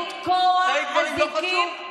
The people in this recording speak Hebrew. למה לתקוע אזיקים,